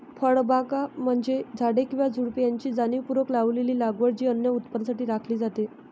फळबागा म्हणजे झाडे किंवा झुडुपे यांची जाणीवपूर्वक लावलेली लागवड जी अन्न उत्पादनासाठी राखली जाते